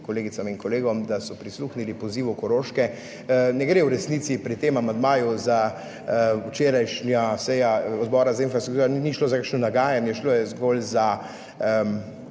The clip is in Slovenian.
kolegicam in kolegom, da so prisluhnili pozivu Koroške. Ne gre v resnici pri tem amandmaju za včerajšnja seja Odbora za infrastrukturo, ni šlo za kakšno nagajanje, šlo je zgolj za